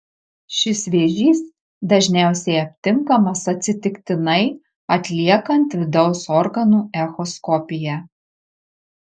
šis vėžys dažniausiai aptinkamas atsitiktinai atliekant vidaus organų echoskopiją